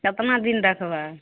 कतना दिन रखबै